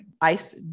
ice